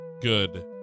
Good